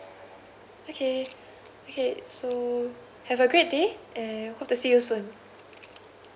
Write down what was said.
okay okay so have a great day and hope to see you soon